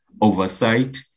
oversight